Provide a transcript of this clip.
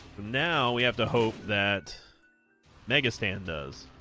now we have to hope that mega stan does